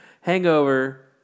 Hangover